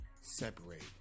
separate